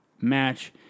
match